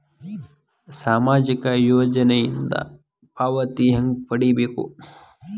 ಸಾಮಾಜಿಕ ಯೋಜನಿಯಿಂದ ಪಾವತಿ ಹೆಂಗ್ ಪಡಿಬೇಕು?